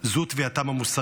זו תביעתם המוסרית: